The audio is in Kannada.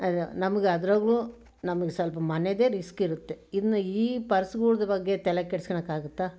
ನಮಗೆ ಅದ್ರಾಗೂ ನಮಗೆ ಸ್ವಲ್ಪ ಮನೆಯದೇ ರಿಸ್ಕ್ ಇರತ್ತೆ ಇನ್ನು ಈ ಪರ್ಸ್ಗಳದ್ದು ಬಗ್ಗೆ ತಲೆ ಕೆಡ್ಸ್ಕಳಕಾಗತ್ತಾ